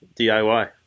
DIY